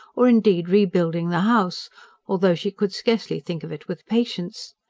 or indeed rebuilding the house although she could scarcely think of it with patience.